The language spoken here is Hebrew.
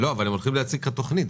אבל הם הולכים להציג את התוכנית.